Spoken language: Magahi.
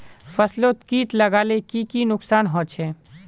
फसलोत किट लगाले की की नुकसान होचए?